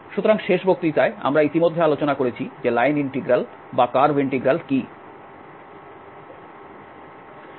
সুতরাং শেষ বক্তৃতায় আমরা ইতিমধ্যে আলোচনা করেছি যে লাইন ইন্টিগ্রাল বা কার্ভ ইন্টিগ্রাল কি